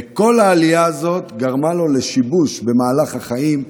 וכל העלייה הזאת גרמה לו לשיבוש במהלך החיים.